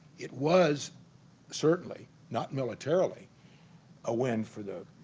it was certainly not militarily a win for the